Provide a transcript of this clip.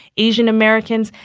asian americans,